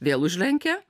vėl užlenkia